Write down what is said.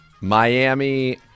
Miami